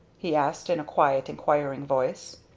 he asked in a quiet inquiring voice.